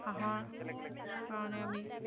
হাঁহৰ কাৰণে আমি